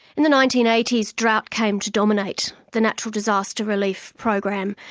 in the nineteen eighty s, drought came to dominate the natural disaster relief program,